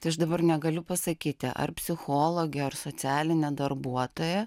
tai aš dabar negaliu pasakyti ar psichologė ar socialinė darbuotoja